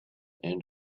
and